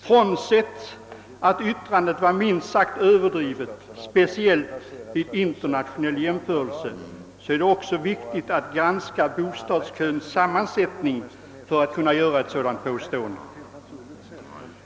Bortsett från att yttrandet var minst sagt överdrivet, speciellt vid internationell jämförelse, måste man granska bostadsköns sammansättning innan man gör ett sådant påstående.